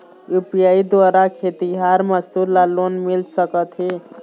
UPI द्वारा खेतीहर मजदूर ला लोन मिल सकथे?